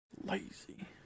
lazy